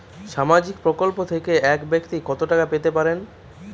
সামাজিক প্রকল্প থেকে এক ব্যাক্তি কত টাকা পেতে পারেন?